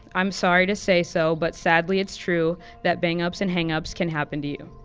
i'm sorry to say so but, sadly, it's true that bang-ups and hang-ups can happen to you.